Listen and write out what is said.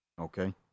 Okay